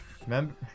Remember